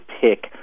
pick